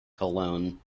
cologne